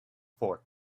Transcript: four